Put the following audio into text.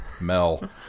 Mel